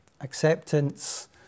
acceptance